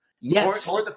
Yes